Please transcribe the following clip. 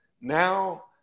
Now